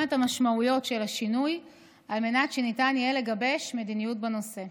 את המשמעויות של השינוי על מנת שניתן יהיה לגבש מדיניות בנושא.